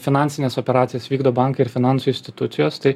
finansines operacijas vykdo bankai ir finansų istitucijos tai